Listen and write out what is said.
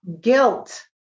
Guilt